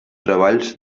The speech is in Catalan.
treballs